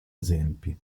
esempi